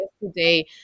yesterday